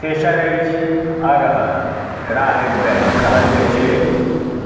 तेसर अछि अरहर राहरि दालि कहल जाइत छै